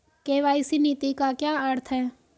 KYC नीति का क्या अर्थ है?